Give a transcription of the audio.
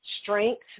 strength